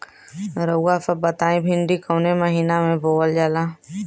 रउआ सभ बताई भिंडी कवने महीना में बोवल जाला?